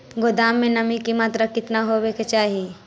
गोदाम मे नमी की मात्रा कितना होबे के चाही?